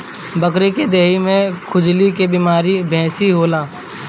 बकरी के देहि में खजुली के बेमारी बेसी होला